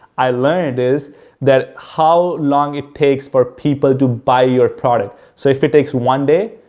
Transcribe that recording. i learned is that how long it takes for people to buy your product. so, if it takes one day,